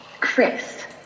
Chris